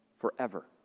forever